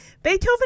Beethoven